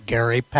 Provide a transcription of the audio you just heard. Gary